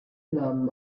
nahmen